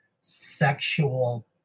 sexual